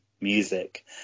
music